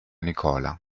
nicola